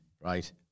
right